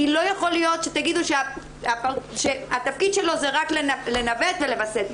כי לא יכול להיות שתגידו שהתפקיד שלו זה רק לנווט ולווסת.